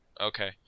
Okay